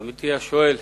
עמיתי השואל,